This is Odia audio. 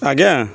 ଆଜ୍ଞା